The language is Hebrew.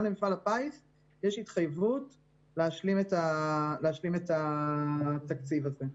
למפעל הפיס יש התחייבות להשלים את התקציב הזה.